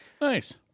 Nice